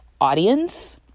audience